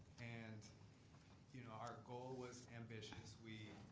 and you know our goal was ambitious. we